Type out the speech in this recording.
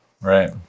Right